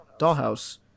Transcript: Dollhouse